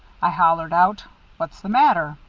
i hollered out what's the matter